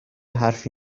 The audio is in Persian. حرفی